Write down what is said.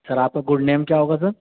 سر آپ کا good name کیا ہوگا سر